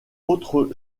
autre